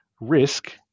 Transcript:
risk